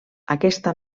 aquesta